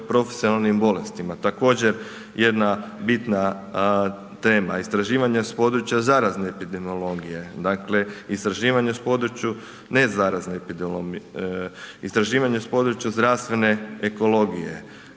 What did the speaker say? profesionalnim bolestima, također jedna bitna tema. Istraživanja sa područja zarazne epidemiologije, dakle istraživanja na području nezarazne epidemiologije,